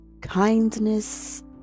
kindness